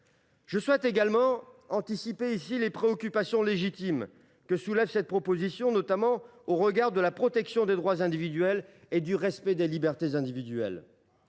Je souhaite également anticiper les préoccupations légitimes que soulève ce texte, notamment au regard de la protection des droits et du respect des libertés individuelles.